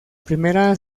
primera